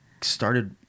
started